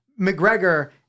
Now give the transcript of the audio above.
McGregor